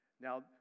Now